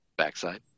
Backside